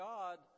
God